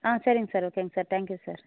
ஆ சரிங்க சார் ஓகேங்க sir thank you sir